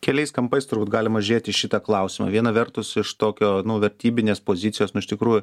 keliais kampais turbūt galima žiūrėti į šitą klausimą viena vertus iš tokio nu vertybinės pozicijos nu iš tikrųjų